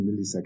milliseconds